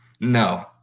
no